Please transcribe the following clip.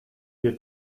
ihr